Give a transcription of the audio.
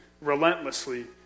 relentlessly